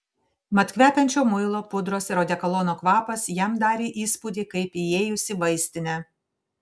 mat kvepiančio muilo pudros ir odekolono kvapas jam darė įspūdį kaip įėjus į vaistinę